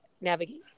navigate